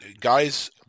guys